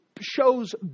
shows